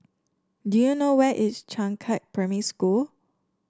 do you know where is Changkat Primary School